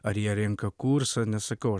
ar jie renka kursą nesakau